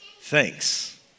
thanks